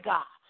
God